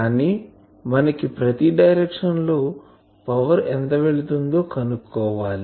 కానీ మనకి ప్రతి డైరెక్షన్ లో పవర్ ఎంత వెళ్తుందో కనుక్కోవాలి